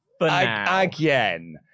again